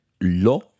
lo